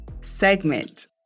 segment